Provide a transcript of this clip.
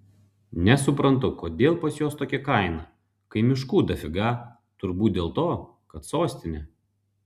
nesuprantu kodėl pas juos tokia kaina kai miškų dafiga turbūt dėl to kad sostinė